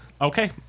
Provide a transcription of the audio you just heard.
Okay